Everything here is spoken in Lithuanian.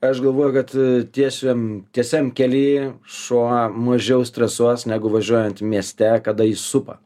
aš galvoju kad tiesiam tiesiam kely šuo mažiau stresuos negu važiuojant mieste kada jį supa